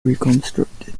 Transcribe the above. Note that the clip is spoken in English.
reconstructed